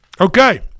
Okay